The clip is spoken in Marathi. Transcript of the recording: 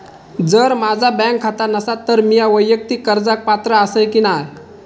जर माझा बँक खाता नसात तर मीया वैयक्तिक कर्जाक पात्र आसय की नाय?